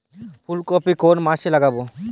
ফুলকপি কোন মাসে লাগাবো?